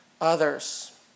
others